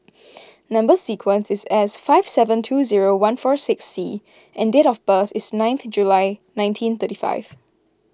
Number Sequence is S five seven two zero one four six C and date of birth is ninth July nineteen thirty five